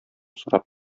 сорап